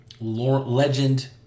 Legend